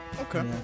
okay